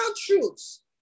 truths